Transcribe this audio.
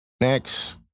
Next